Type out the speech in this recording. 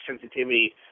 sensitivity